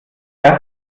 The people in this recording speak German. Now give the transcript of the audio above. das